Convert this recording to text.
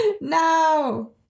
No